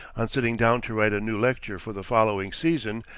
on sitting down to write a new lecture for the following season,